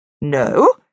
No